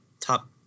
top